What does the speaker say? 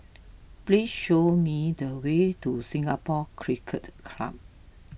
please show me the way to Singapore Cricket Club